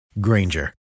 Granger